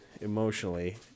emotionally